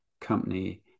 company